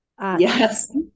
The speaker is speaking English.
Yes